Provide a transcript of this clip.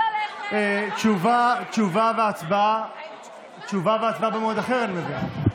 תשובה והצבעה במועד אחר, אני מבין?